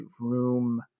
room